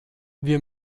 wir